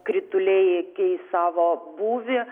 krituliai keis savo būvį